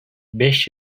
beş